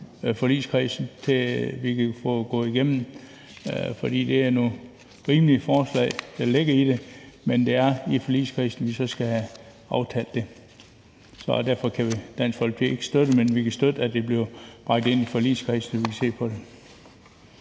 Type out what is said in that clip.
forligskredsen med henblik på at få det gået igennem, for det er nogle rimelige forslag, der ligger i det. Men det er i forligskredsen, vi så skal aftale det. Derfor kan Dansk Folkeparti ikke støtte det, men vi kan støtte, at det bliver bragt ind i forligskredsen, så vi kan se på det.